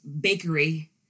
Bakery